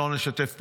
לא נשתף פעולה?